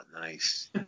nice